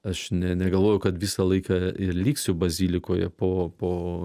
aš ne negalvojau kad visą laiką ir liksiu bazilikoje po po